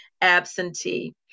absentee